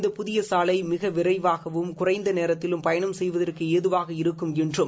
இந்த புதிய சாலை மிக விரைவாகவும் குறைந்த நேரத்திலும் பயணம் செய்வதற்கு ஏதுவாக இருக்கும் என்றும்